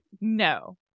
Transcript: no